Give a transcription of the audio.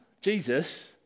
Jesus